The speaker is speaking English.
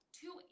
two